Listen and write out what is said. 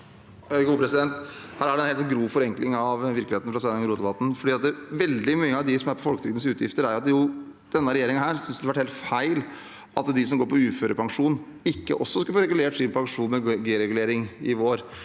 Her er det en helt grov forenkling av virkeligheten fra Sveinung Rotevatn. Veldig mye av det som gjelder folketrygdens utgifter, skyldes jo at denne regjeringen synes det har vært helt feil at de som går på uførepensjon, ikke også skulle få regulert sin pensjon med G-regulering i vår,